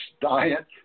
diet